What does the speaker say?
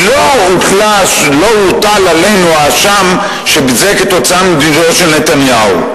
לא הוטל עלינו האשם שזה כתוצאה ממדיניותו של נתניהו,